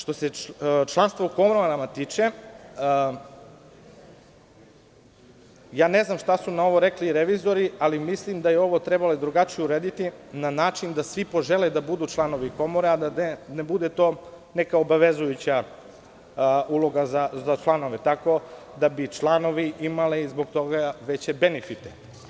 Što se članstva u komorama tiče, ne znam šta su na ovo rekli revizori, ali mislim da je ovo trebalo drugačije urediti, na način da svi požele da budu članovi komora, a ne da bude to neka obavezujuća uloga za članove, da bi članovi imali zbog toga veće benefite.